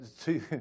two